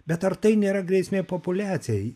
bet ar tai nėra grėsmė populiacijai